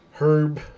Herb